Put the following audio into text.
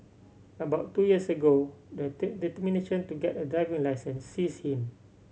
about two years ago the determination to get a driving licence seized him